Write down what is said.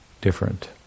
different